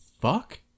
fuck